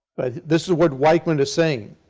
this is what weichmann is saying.